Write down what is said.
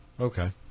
Okay